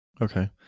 Okay